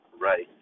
right